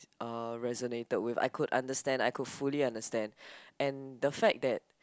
uh resonated with I could understand I could fully understand and the fact that